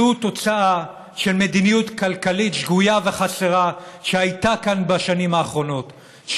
זו תוצאה של מדיניות כלכלית שגויה וחסרה שהייתה כאן בשנים האחרונות,